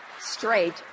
straight